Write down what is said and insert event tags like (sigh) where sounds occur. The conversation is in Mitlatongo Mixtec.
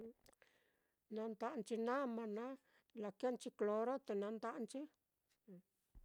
Na nda'anchi nama naá, lakēēnchi kloro te nanda'anchi. (noise)